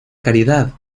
caridad